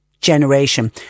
Generation